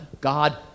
God